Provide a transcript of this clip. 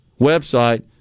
website